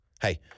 Hey